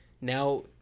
Now